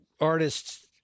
artists